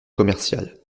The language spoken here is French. commercial